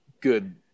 good